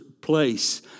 place